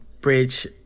bridge